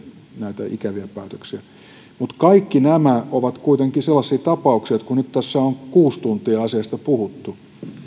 näitä ikäviä päätöksiä kaikki nämä ovat kuitenkin sellaisia tapauksia kun nyt tässä on kuusi tuntia asiasta puhuttu että